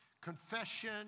confession